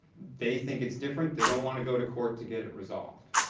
they think it's different, they don't want to go to court to get it resolved.